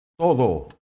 todo